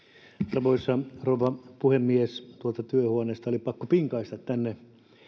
arvoisa rouva puhemies tuolta työhuoneesta oli pakko pinkaista tänne